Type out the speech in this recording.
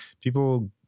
people